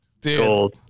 gold